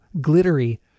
glittery